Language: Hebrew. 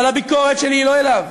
אבל הביקורת שלי היא לא אליו,